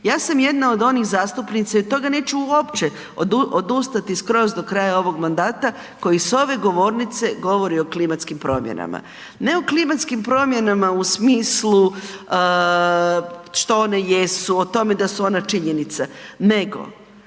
Ja sam jedna od onih zastupnica i od toga neću uopće odustati skroz do kraja ovog mandata koji s ove govornice govori o klimatskim promjenama. Ne o klimatskim promjenama u smislu što one jesu, o tome da su ona činjenica nego